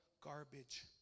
garbage